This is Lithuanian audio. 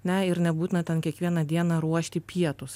na ir nebūtina tam kiekvieną dieną ruošti pietus